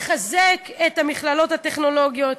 לחזק את המכללות הטכנולוגיות,